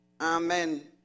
Amen